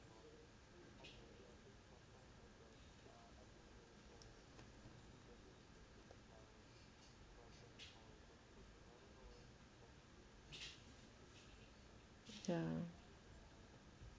ya